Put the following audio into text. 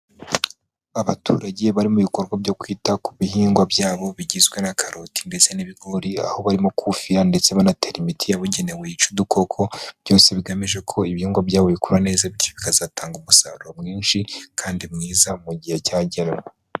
Abaturage bari mu bikorwa byo kwita ku bihingwa byabo bigizwe na karoti ndetse n'ibigori aho barimo kufira ndetse banatera imiti yabugenewe yica udukoko. Byose bigamije ko ibihingwa byabo bikura neza bikazatanga umusaruro mwinshi, kandi mwiza mu gihe cyagenwe.